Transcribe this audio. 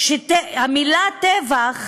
שהמילה טבח,